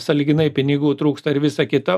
sąlyginai pinigų trūksta ir visa kita